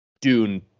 dune